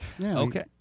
Okay